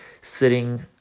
sitting